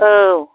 औ